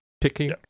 picking